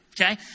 Okay